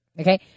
Okay